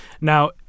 Now